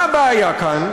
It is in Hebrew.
מה הבעיה כאן?